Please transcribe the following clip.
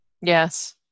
yes